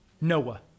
Noah